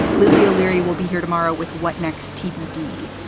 lizzie o'leary will be here tomorrow with what next tbd.